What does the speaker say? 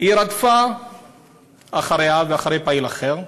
היא רדפה אחריה ואחרי פעיל אחר,